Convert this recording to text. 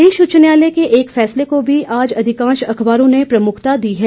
प्रदेश उच्च न्यायालय के एक फैसले को भी आज अधिकांश अखबारों ने प्रमुखता दी है